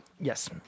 Yes